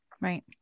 right